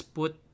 put